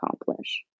accomplish